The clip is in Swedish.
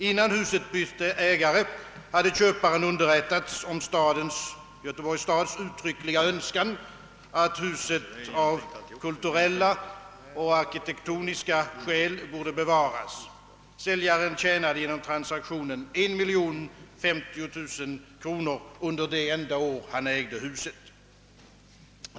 Innan huset bytte ägare, hade köparen underrättats om Göteborgs stads uttryckliga önskan att huset av kulturella och arkitektoniska skäl borde bevaras, Säljaren tjänade genom transaktionen 1050 000 kronor under det enda år han ägde huset.